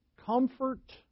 Comfort